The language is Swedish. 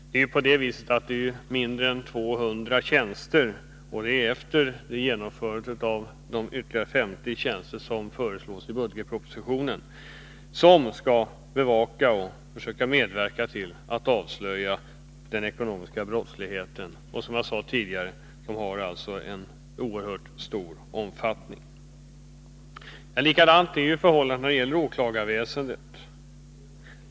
Det är ju mindre än 200 tjänster — efter införandet av de ytterligare 50 tjänster som föreslås i budgetpropositionen — som skall bevaka och försöka medverka till att avslöja den ekonomiska brottsligheten. Som jag sade tidigare har den en oerhört stor omfattning. Förhållandet är likadant när det gäller åklagarväsendet.